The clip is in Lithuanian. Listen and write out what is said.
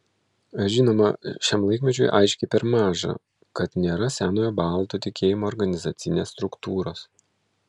žinoma šiam laikmečiui aiškiai per maža kad nėra senojo baltų tikėjimo organizacinės struktūros